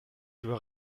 doit